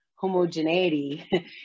homogeneity